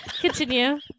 Continue